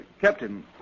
Captain